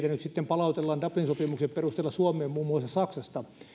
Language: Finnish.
sitten palautellaan dublinin sopimuksen perusteella suomeen muun muassa saksasta